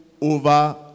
over